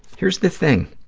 here's the thing.